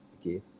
okay